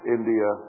India